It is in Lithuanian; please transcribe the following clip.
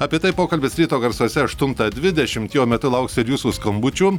apie tai pokalbis ryto garsuose aštuntą dvidešimt jo metu lauks ir jūsų skambučių